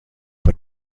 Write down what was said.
par